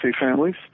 families